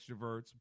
extroverts